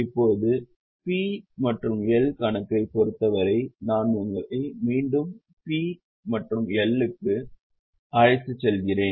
இப்போது P மற்றும் L கணக்கைப் பொருத்தவரை நான் உங்களை மீண்டும் P மற்றும் L க்கு அழைத்துச் செல்கிறேன்